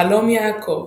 חלום יעקב